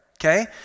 okay